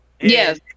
Yes